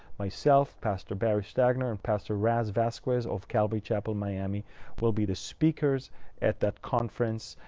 myself, pastor barry stagner, and pastor raz vasquez of calvary chapel, miami will be the speakers at that conference.